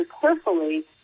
carefully